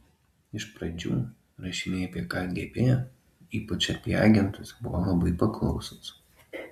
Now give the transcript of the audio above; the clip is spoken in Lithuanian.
iš pradžių rašiniai apie kgb ypač apie agentus buvo labai paklausūs